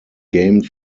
game